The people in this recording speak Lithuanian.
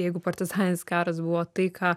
jeigu partizaninis karas buvo tai ką